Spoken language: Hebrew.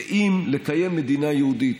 ואם לקיים מדינה יהודית,